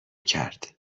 کرد